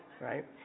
right